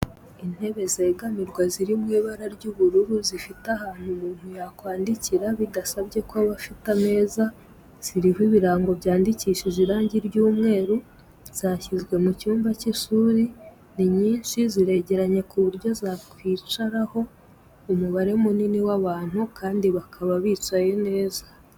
Intebe zegamirwa ziri mu ibara ry'ubururu, zifite ahantu umuntu yakwandikira bidasabye ko aba afite ameza ziriho ibirango byandikishije irangi ry'umweru zashyizwe mu cyumba cy'ishuri, ni nyinshi ziregaranye ku buryo zakwicaraho umubare munini w'abantu kandi bakaba bicaye neza.